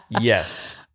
Yes